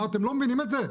אתם לא מבינים את זה?